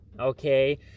Okay